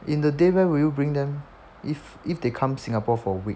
in the day where will you bring them if if they come to singapore for a week